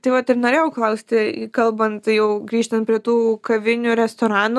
tai vat ir norėjau klausti kalbant jau grįžtant prie tų kavinių restoranų